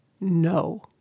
no